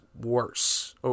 worse